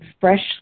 freshly